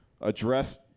address